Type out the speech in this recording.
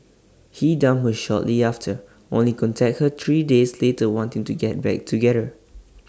he dumped her shortly after only contact her three days later wanting to get back together